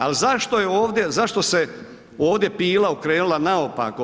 A zašto je ovdje, zašto se ovdje pila okrenula naopako?